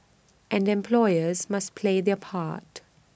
and employers must play their part